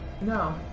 No